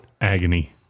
Agony